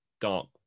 Dark